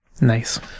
Nice